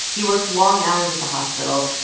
he worked long hours at the hospital.